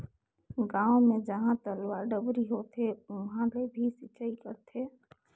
गांव मे जहां तलवा, डबरी होथे उहां ले भी सिचई करथे